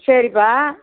சரிப்பா